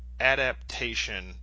adaptation